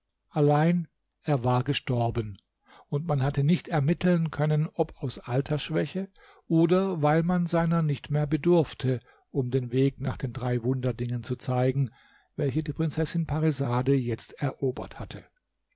allein er war gestorben und man hatte nicht ermitteln können ob aus altersschwäche oder weil man seiner nicht mehr bedurfte um den weg nach den drei wunderdingen zu zeigen welche die prinzessin parisade jetzt erobert hatte